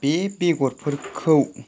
बे बेगरफोरखौ